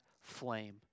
flame